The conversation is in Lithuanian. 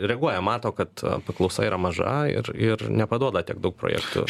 reaguoja mato kad paklausa yra maža ir ir nepaduoda tiek daug projektų